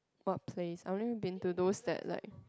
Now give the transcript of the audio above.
what place I already been to those that like